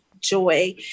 joy